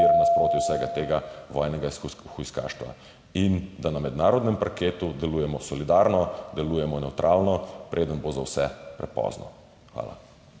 nasproti vsega tega vojnega hujskaštva in da na mednarodnem parketu delujemo solidarno, delujemo nevtralno, preden bo za vse prepozno. Hvala.